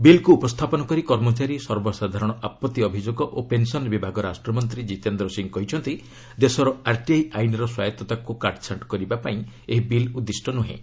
ବିଲ୍କୁ ଉପସ୍ଥାପନ କରି କର୍ମଚାରୀ ସର୍ବସାଧାରଣ ଆପଭି ଅଭିଯୋଗ ଓ ପେନ୍ସନ୍ ବିଭାଗ ରାଷ୍ଟ୍ରମନ୍ତ୍ରୀ ଜିତେନ୍ଦ୍ର ସିଂହ କହିଛନ୍ତି ଦେଶର ଆର୍ଟିଆଇ ଆଇନ୍ର ସ୍ୱାୟତ୍ତାକୁ କାଟ୍ଛାଷ୍ଟ କରିବା ପାଇଁ ଏହି ବିଲ୍ ଉଦ୍ଦିଷ୍ଟ ନୁହେଁ